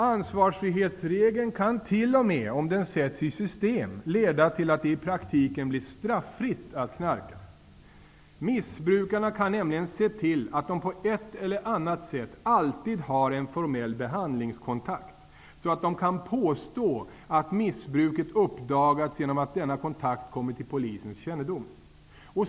Ansvarsfrihetsregeln kan t.o.m. -- om den sätts i system -- leda till att det i praktiken blir straffritt att knarka. Missbrukarna kan nämligen se till att de på ett eller annat sätt alltid har en formell behandlingskontakt. De kan då påstå att missbruket har uppdagats genom att denna kontakt har kommit till polisens kännedom.